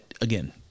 again